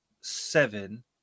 seven